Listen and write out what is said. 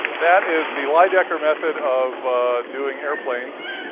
that is the lydecker method of doing airplanes.